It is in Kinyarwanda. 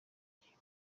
ngingo